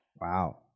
Wow